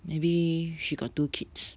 maybe she got two kids